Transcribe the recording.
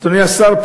אדוני השר,